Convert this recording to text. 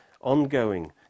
ongoing